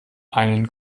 einen